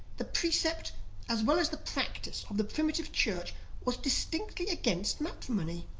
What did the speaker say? the precept as well as the practice of the primitive church was distinctly against matrimony.